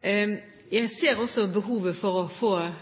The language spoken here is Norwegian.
det. Jeg